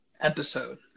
episode